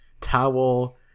towel